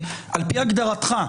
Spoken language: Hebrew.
על פי הגדרתך,